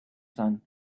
son